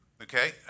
Okay